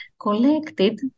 collected